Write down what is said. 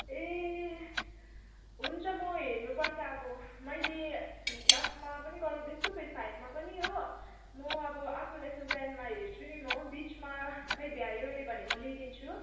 ए हुन्छ म हेर्नुपर्छ अब मैले थ्री क्लासमा पनि गराउँदैछु फेरि फाइभ पनि हो म अब आफ्नो लेसन प्लेनमा हेर्छु नि म बिचमा खोइ भ्यायोओऱ्यो भने म ल्याइदिन्छु